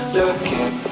looking